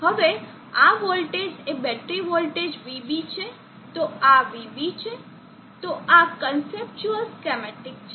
હવે આ વોલ્ટેજ એ બેટરી વોલ્ટેજ VB છે તો આ VB છે તો આ કન્સેપ્ચુઅલ સ્કેમેટીક છે